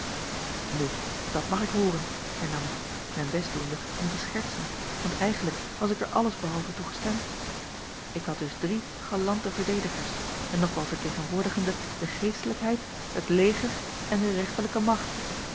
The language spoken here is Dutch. u dat mag ik hooren hernam ik mijn best doende om te schertsen want eigentlijk was ik er alles behalve toe gestemd ik had dus drie galante verdedigers en nog wel vertegenwoordigende de geestelijkheid het leger en de rechterlijke macht